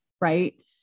right